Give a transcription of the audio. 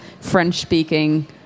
French-speaking